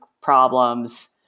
problems